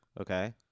Okay